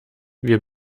wir